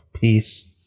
peace